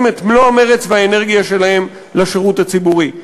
את מלוא המרץ והאנרגיה שלהם לשירות הציבורי,